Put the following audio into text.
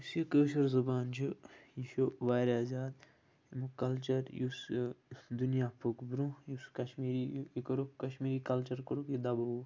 یُس یہِ کٲشُر زَبان چھُ یہِ چھُ وارِیاہ زیادٕ امیُک کَلچَر یُس یہِ دُنیاہ پوٚک برٛونٛہہ یُس کَشمیٖری یہِ کوٚرُکھ کَشمیٖری کَلچَر کوٚرُکھ یہِ دَبووُکھ